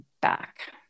back